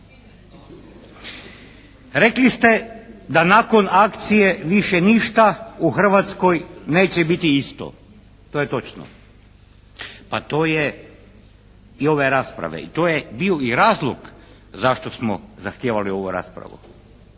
Rekli ste da nakon akcije više ništa u Hrvatskoj neće biti isto. To je točno. Pa to je i ove rasprave i to je bio i razlog zašto smo zahtijevali ovu raspravu.